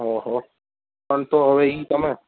ઓહહઓ પણ તો અવે ઈ તમે